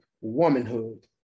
womanhood